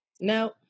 No